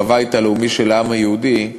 בבית הלאומי של העם היהודי,